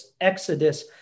Exodus